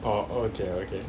orh orh okay okay